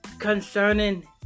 concerning